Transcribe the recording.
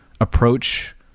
approach